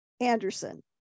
Anderson